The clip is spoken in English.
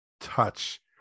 touch